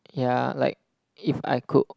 ya like if I could